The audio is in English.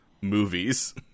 movies